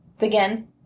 Again